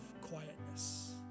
quietness